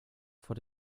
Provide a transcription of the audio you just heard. vor